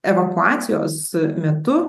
evakuacijos metu